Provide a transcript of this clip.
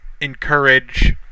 encourage